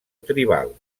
tribal